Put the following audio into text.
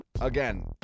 Again